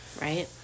Right